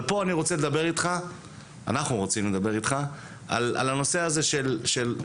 אני לא רוצה לציין ראשי רשויות לטובה או לשלילה,